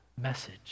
message